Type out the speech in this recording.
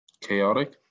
Chaotic